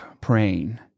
praying